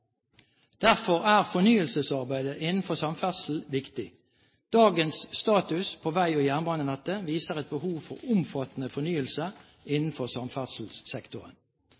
Derfor er fornyelsesarbeidet innenfor samferdsel viktig. Dagens status på vei- og jernbanenettet viser et behov for omfattende fornyelse innenfor samferdselssektoren.